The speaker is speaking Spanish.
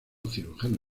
cirujano